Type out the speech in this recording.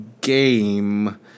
game